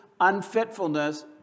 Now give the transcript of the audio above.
unfitfulness